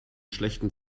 schlechten